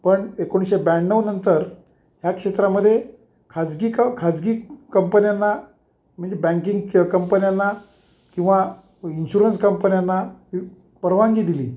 पण एकोणीशे ब्याण्णवनंतर ह्या क्षेत्रामध्ये खाजगी क खाजगी कंपन्यांना म्हणजे बँकिंग कंपन्यांना किंवा इन्शुरन्स कंपन्यांना परवानगी दिली